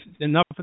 enough